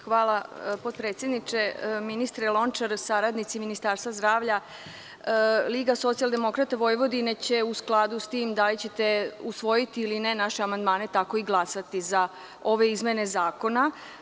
Hvala potpredsedniče, ministre Lončar sa saradnicima, Ministarstva zdravlja, Liga socijaldemokrata Vojvodine će u skladu s tim da li ćete usvojiti ili ne naše amandmane, tako i glasati za ove izmene zakona.